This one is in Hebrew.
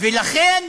ולכן